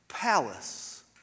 Palace